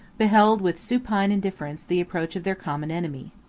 beheld, with supine indifference, the approach of their common enemy.